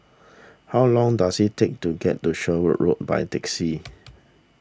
how long does it take to get to Sherwood Road by taxi